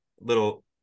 little